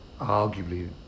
arguably